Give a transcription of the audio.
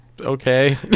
okay